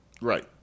Right